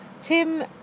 tim